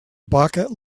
bucket